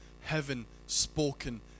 heaven-spoken